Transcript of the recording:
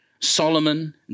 Solomon